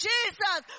Jesus